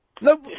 No